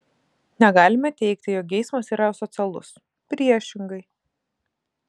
negalime teigti jog geismas yra asocialus priešingai